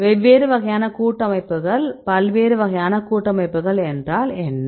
வெவ்வேறு வகையான கூட்டமைப்புகள் பல்வேறு வகையான கூட்டமைப்புகள் என்றால் என்ன